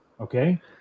Okay